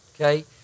Okay